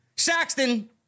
Saxton